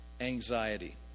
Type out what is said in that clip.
anxiety